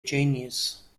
genius